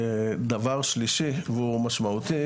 דבר שלישי והוא משמעותי